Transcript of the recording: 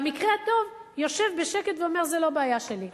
במקרה הטוב, יושב בשקט ואומר: זאת לא הבעיה שלי.